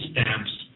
stamps